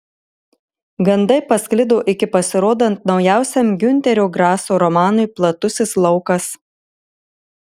gandai pasklido iki pasirodant naujausiam giunterio graso romanui platusis laukas